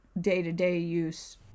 day-to-day-use